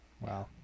wow